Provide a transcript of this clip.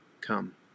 Come